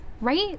right